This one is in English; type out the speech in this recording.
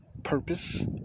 purpose